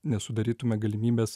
nesudarytume galimybės